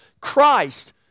Christ